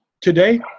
today